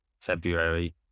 February